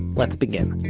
let's begin